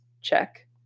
Check